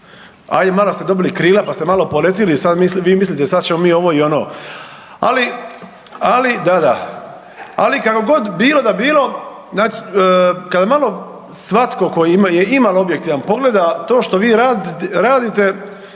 a i malo ste dobili krila pa ste malo poletjeli i sada vi mislite sada ćemo mi i ovo i ono. Ali da, da. Ali kako god bilo da bilo kada malo svatko tko je imalo objektivan pogleda to što vi radite